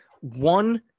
one